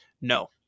no